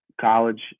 college